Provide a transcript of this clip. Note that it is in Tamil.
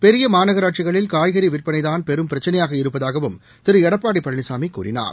பெரிய மாநகராட்சிகளில் காய்கறி விற்பனைதான் பெரும் பிரச்சினையாக இருப்பதாகவும் திரு எடப்பாடி பழனிசாமி கூறினார்